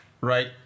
right